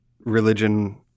religion